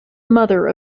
mother